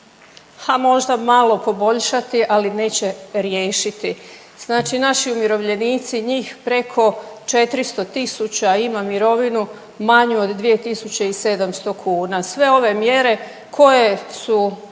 ha možda malo poboljšati, ali neće riješiti. Znači naši umirovljenici, njih preko 400 tisuća ima mirovinu manju od 2.700 kuna, sve ove mjere koje su